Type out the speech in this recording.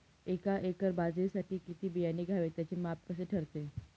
एका एकर बाजरीसाठी किती बियाणे घ्यावे? त्याचे माप कसे ठरते?